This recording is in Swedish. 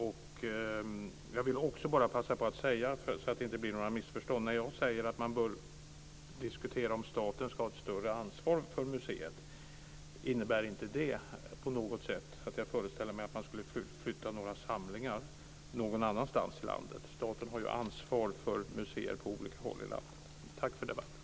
För att det inte ska bli några missförstånd vill jag också passa på att säga att när jag säger att man bör diskutera om staten ska ha ett större ansvar för museet, innebär det inte på något sätt att jag föreställer mig att man skulle flytta några samlingar till något annat ställe i landet. Staten har ju ansvar för museer på olika håll i landet. Tack för debatten.